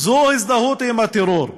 זו הזדהות עם הטרור,